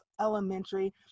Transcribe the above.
elementary